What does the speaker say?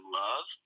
love